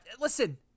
Listen